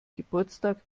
geburtstag